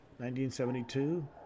1972